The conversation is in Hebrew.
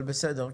אבל בסדר.